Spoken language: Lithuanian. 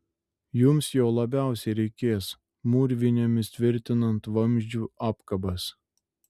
jums jo labiausiai reikės mūrvinėmis tvirtinant vamzdžių apkabas